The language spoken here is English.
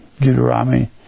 Deuteronomy